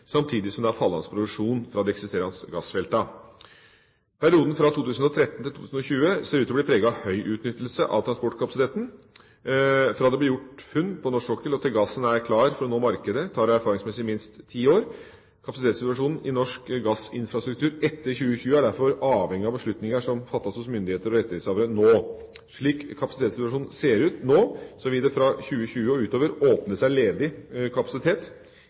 samtidig som det er fallende produksjon fra de eksisterende gassfeltene. Perioden 2013–2020 ser ut til å bli preget av høy utnyttelse av transportkapasiteten. Fra det blir gjort funn på norsk sokkel og til gassen er klar for å nå markedet, tar det erfaringsmessig minst ti år. Kapasitetssituasjonen i norsk gassinfrastruktur etter 2020 er derfor avhengig av beslutninger som fattes hos myndigheter og rettighetshavere nå. Slik kapasitetssituasjonen ser ut nå, vil det fra 2020 og utover åpne seg ledig kapasitet